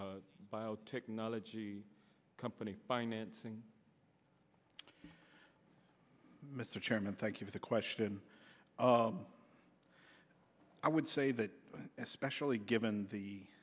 now biotechnology company financing mr chairman thank you for the question i would say that especially given